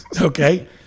Okay